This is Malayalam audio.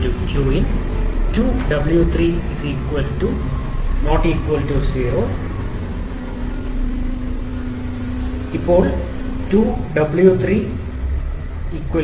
2𝑞3 qin 2𝑤3 ≠ 0 ഈ സാഹചര്യത്തിൽ 0 എന്നത് സ്ഥിരമായ വോളിയം പ്രക്രിയയല്ല